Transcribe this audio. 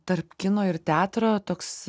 tarp kino ir teatro toks